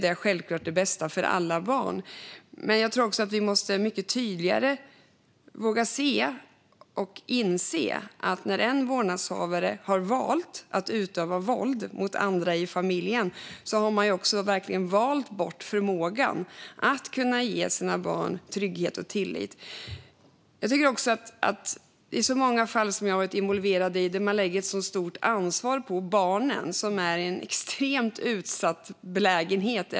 Men vi måste också mycket tydligare våga se och inse att när en vårdnadshavare har valt att utöva våld mot andra i familjen har den också valt bort förmågan att ge sina barn trygghet och tillit. I så många fall som jag har varit involverad i lägger man ett stort ansvar på barnen som är i en extremt utsatt belägenhet.